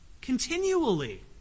continually